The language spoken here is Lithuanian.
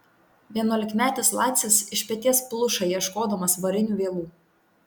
vienuolikmetis lacis iš peties pluša ieškodamas varinių vielų